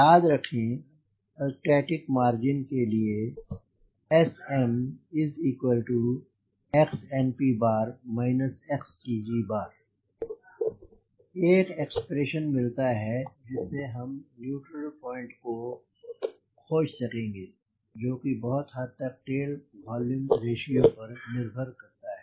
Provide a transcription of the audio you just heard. याद रखें static margin के लिए SMXNP Xcg एक एक्सप्रेशन मिलता है जिससे हम न्यूट्रल पॉइंट को खोज सकेंगे जोकि बहुत हद तक टेल वोल्यूम रेश्यो पर निर्भर करता है